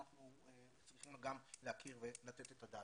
אנחנו צריכים גם להכיר ולתת את הדעת.